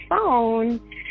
phone